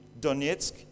Donetsk